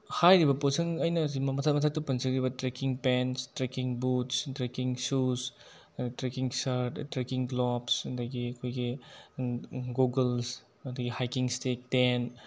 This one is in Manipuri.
ꯍꯥꯏꯔꯤꯕ ꯄꯣꯠꯁꯛ ꯑꯩꯅ ꯍꯧꯖꯤꯛ ꯃꯊꯛ ꯃꯊꯛꯇ ꯄꯟꯖꯈ꯭ꯔꯤꯕ trekking pants trekking boots trekking shoes trekking shirt trekking gloves ꯑꯗꯒꯤ ꯑꯩꯈꯣꯏꯒꯤ ꯒꯣꯒꯜꯁ ꯑꯗꯒꯤ ꯍꯥꯏꯀꯤꯡ ꯏꯁꯇꯤꯛ ꯇꯦꯟꯠ